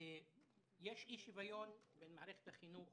יש אי-שוויון בין מערכת החינוך